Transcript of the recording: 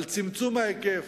על צמצום ההיקף: